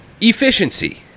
Efficiency